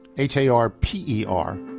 H-A-R-P-E-R